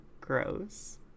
gross